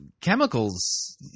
chemicals